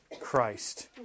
Christ